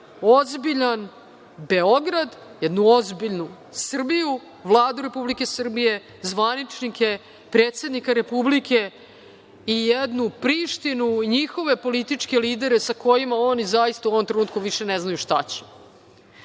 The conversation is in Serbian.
ozbiljan Beograd, jednu ozbiljnu Srbiju, Vladu Republike Srbije, zvaničnike, predsednika Republike i jednu Prištinu i njihove političke lidere sa kojima oni zaista u ovom trenutku više ne znaju šta će,